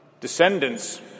descendants